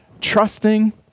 trusting